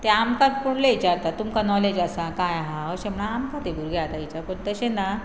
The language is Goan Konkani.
तें आमकां कुर्लें विचारता तुमकां नॉलेज आसा कांय आसा अशें म्हण आमकां ते भुरगे आतां विचार पूण तशें ना